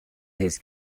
his